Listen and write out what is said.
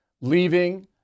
leaving